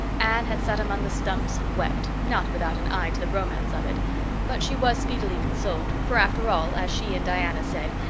anne had sat among the stumps and wept, not without an eye to the romance of it but she was speedily consoled, for, after all, as she and diana said,